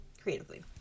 creatively